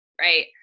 right